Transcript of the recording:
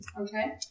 Okay